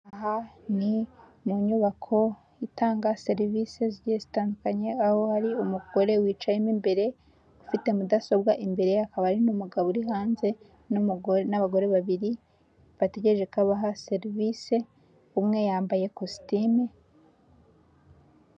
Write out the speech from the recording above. Aha ni mu nyubako itanga serivisi zigiye zitandukanye, aho hari umugore wicayemo imbere ufite mudasobwa imbere ye, hakaba hari n'umugabo uri hanze n'abagore babiri bategereje ko babaha serivisi, umwe yambaye kositime.